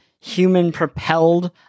human-propelled